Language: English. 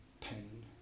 pain